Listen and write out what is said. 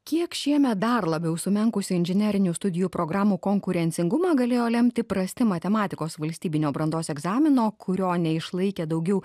kiek šiemet dar labiau sumenkusį inžinerinių studijų programų konkurencingumą galėjo lemti prasti matematikos valstybinio brandos egzamino kurio neišlaikė daugiau